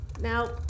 Now